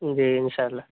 جی ان شاء اللہ